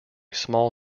small